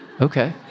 okay